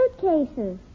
suitcases